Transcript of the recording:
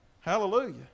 Hallelujah